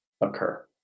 occur